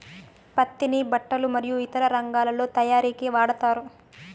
పత్తిని బట్టలు మరియు ఇతర రంగాలలో తయారీకి వాడతారు